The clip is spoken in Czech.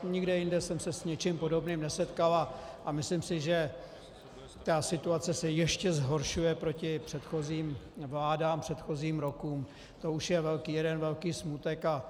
nikde jinde jsem se s ničím podobným nesetkal a myslím si, že ta situace se ještě zhoršuje proti předchozím vládám, předchozím rokům, to už je jeden velký smutek.